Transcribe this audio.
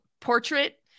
portrait